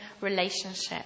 relationship